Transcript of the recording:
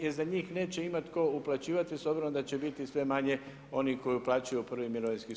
Jer za njih neće imati tko uplaćivati s obzirom da će biti sve manje onih koji uplaćuju u prvi mirovinski stup.